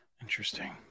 Interesting